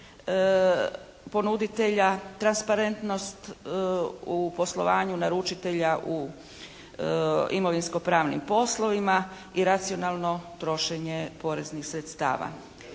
ponuditelja, transparentnost u poslovanju naručitelja u imovinsko-pravnim poslovima i racionalno trošenje poreznih sredstava.